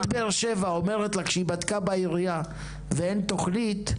באר שבע אומרת לך שהיא בדקה בעירייה ואין תוכנית,